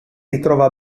ritrova